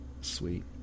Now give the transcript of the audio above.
Sweet